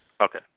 Okay